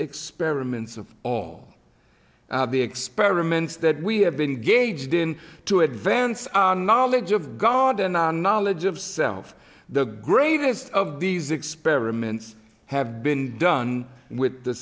experiments of all the experiments that we have been gauged in to advance our knowledge of god and knowledge of self the greatest of these experiments have been done with the